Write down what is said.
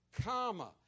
comma